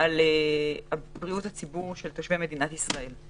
על בריאות הציבור של תושבי מדינת ישראל.